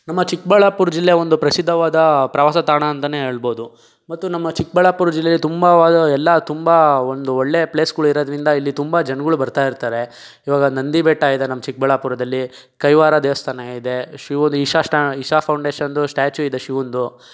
ನಮ್ಮ ಚಿಕ್ಕಬಳ್ಳಾಪುರ ಜಿಲ್ಲೆ ಒಂದು ಪ್ರಸಿದ್ಧವಾದ ಪ್ರವಾಸ ತಾಣ ಅಂತಲೇ ಹೇಳಬಹುದು ಮತ್ತು ನಮ್ಮ ಚಿಕ್ಕಬಳ್ಳಾಪುರ ಜಿಲ್ಲೆಯಲ್ಲಿ ತುಂಬ ಎಲ್ಲ ತುಂಬ ಒಂದು ಒಳ್ಳೆಯ ಪ್ಲೇಸ್ಗಳಿರೋದ್ರಿಂದ ಇಲ್ಲಿ ತುಂಬ ಜನಗಳು ಬರ್ತಾಯಿರ್ತಾರೆ ಇವಾಗ ನಂದಿ ಬೆಟ್ಟ ಇದೆ ನಮ್ಮ ಚಿಕ್ಕಬಳ್ಳಾಪುರದಲ್ಲಿ ಕೈವಾರ ದೇವಸ್ಥಾನ ಇದೆ ಶಿವುದು ಇಶಾ ಸ್ಟ್ಯಾ ಇಶಾ ಫೌಂಡೇಶನ್ದು ಸ್ಟ್ಯಾಚು ಇದೆ ಶಿವಂದು